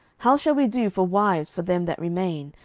how shall we do for wives for them that remain,